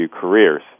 careers